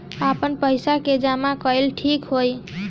आपन पईसा के जमा कईल ठीक होई?